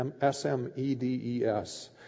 S-M-E-D-E-S